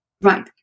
Right